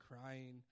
crying